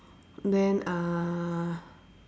then uh